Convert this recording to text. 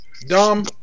Dumb